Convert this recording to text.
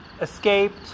escaped